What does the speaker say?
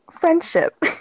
friendship